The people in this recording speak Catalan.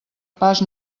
pas